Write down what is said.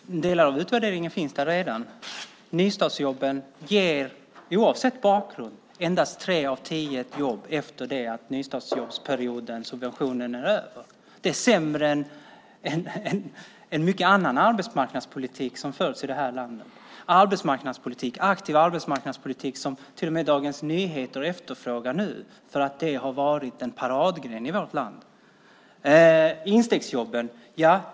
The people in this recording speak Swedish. Fru talman! Delar av utvärderingen finns redan. Nystartsjobben ger oavsett bakgrund endast tre av tio jobb efter det att nystartsjobbsperioden med subventioner är över. Det är sämre än mycken annan arbetsmarknadspolitik som förts i det här landet, aktiv arbetsmarknadspolitik, som till och med Dagens Nyheter efterfrågar nu. Det har varit en paradgren i vårt land.